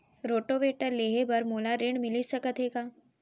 Rotavator लेहे बर मोला ऋण मिलिस सकत हे का?